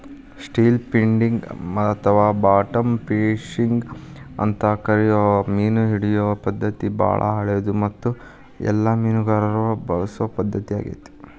still fishing ಅಥವಾ bottom fishing ಅಂತ ಕರಿಯೋ ಮೇನಹಿಡಿಯೋ ಪದ್ಧತಿ ಬಾಳ ಹಳೆದು ಮತ್ತು ಎಲ್ಲ ಮೇನುಗಾರರು ಬಳಸೊ ಪದ್ಧತಿ ಆಗೇತಿ